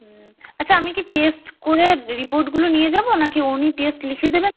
হুঁ আচ্ছা আমি কি টেস্ট করে রিপোর্ট গুলো নিয়ে যাবো না কি উনি টেস্ট লিখে দেবেন